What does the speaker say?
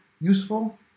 useful